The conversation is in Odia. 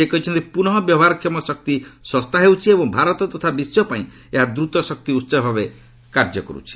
ସେ କହିଛନ୍ତି ପୁନଃ ବ୍ୟବହାର କ୍ଷମ ଶକ୍ତି ଶସ୍ତା ହେଉଛି ଏବଂ ଭାରତ ତଥା ବିଶ୍ୱ ପାଇଁ ଏହା ଦ୍ରତ ଶକ୍ତି ଉହ ଭାବେ କାର୍ଯ୍ୟ କରୁଛି